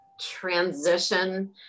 transition